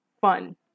fun